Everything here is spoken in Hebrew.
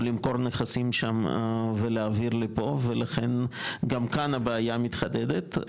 ולמכור נכנסים שם ולהעביר לפה ולכן גם כאן הבעיה מתחדדת.